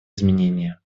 изменения